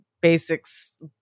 basics